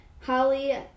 Holly